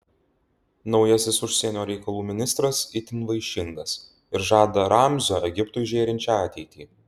naujasis užsienio reikalų ministras itin vaišingas ir žada ramzio egiptui žėrinčią ateitį